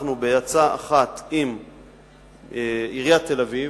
אנחנו, בעצה אחת עם עיריית תל-אביב,